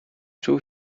czuł